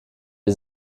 ihr